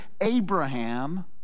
Abraham